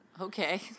okay